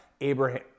Abraham